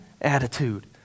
attitude